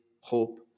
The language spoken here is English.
hope